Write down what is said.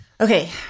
Okay